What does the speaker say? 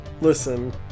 Listen